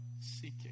seeking